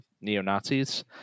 neo-Nazis